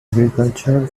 agricultural